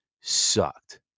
sucked